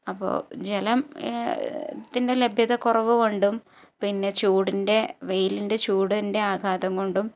അപ്പോള് ജലത്തിൻ്റെ ലഭ്യതക്കുറവ് കൊണ്ടും പിന്നെ ചൂടിൻ്റെ വെയിലിൻ്റെ ചൂടിൻ്റെ ആഘാതം കൊണ്ടും